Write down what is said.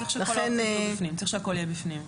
צריך שהכול יהיה בפנים.